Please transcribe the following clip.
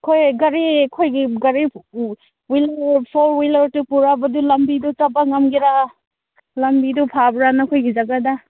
ꯑꯩꯈꯣꯏ ꯒꯥꯔꯤ ꯑꯩꯈꯣꯏꯒꯤ ꯒꯥꯔꯤ ꯋꯤꯂꯔ ꯐꯣꯔ ꯋꯤꯂꯔꯗꯨ ꯄꯨꯔꯕꯗꯤ ꯂꯝꯕꯤꯗꯨ ꯆꯠꯄ ꯉꯝꯒꯦꯔ ꯂꯝꯕꯤꯗꯨ ꯐꯕ꯭ꯔꯥ ꯅꯈꯣꯏꯒꯤ ꯖꯒꯥꯗ